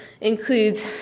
includes